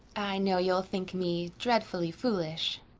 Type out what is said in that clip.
i know you'll think me dreadfully foolish,